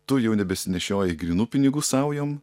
tu jau nebesinešioji grynų pinigų saujom